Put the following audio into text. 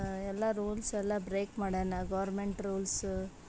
ಎಲ್ಲ ರೂಲ್ಸ್ ಎಲ್ಲ ಬ್ರೇಕ್ ಮಾಡ್ಯಾನ ಗೌರ್ಮೆಂಟ್ ರೂಲ್ಸು